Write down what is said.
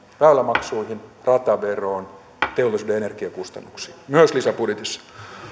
väylämaksuihin rataveroon teollisuuden energiakustannuksiin myös lisäbudjetissa